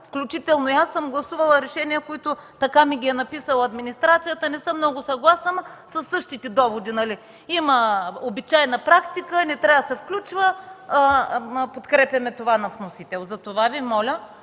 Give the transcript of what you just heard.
включително и аз съм гласувала решения, които така ми е написала администрацията – не съм много съгласна, но със същите доводи: има обичайна практика, не трябва да се включва, подкрепяме това на вносител. Затова Ви моля